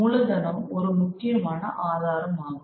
மூலதனம் ஒரு முக்கியமான ஆதாரமாகும்